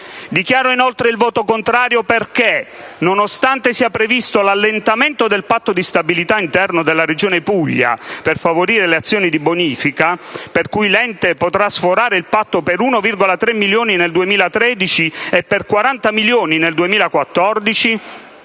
Dichiaro inoltre il voto contrario perché, nonostante sia previsto l'allentamento del Patto di stabilimento interno della Regione Puglia per favorire le azioni di bonifica, per cui l'ente potrà sforare il Patto per 1,3 milioni nel 2013 e per 40 milioni nel 2014